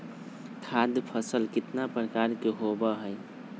खाद्य फसल कितना प्रकार के होबा हई?